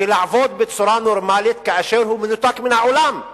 ולעבוד בצורה נורמלית כאשר הוא מנותק מהעולם?